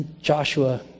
Joshua